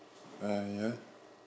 ah ya